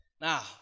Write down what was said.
Now